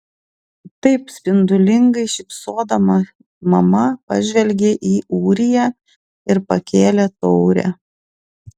taip spindulingai šypsodama mama pažvelgė į ūriją ir pakėlė taurę